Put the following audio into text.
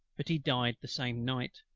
but he died the same night.